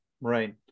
right